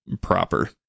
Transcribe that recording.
proper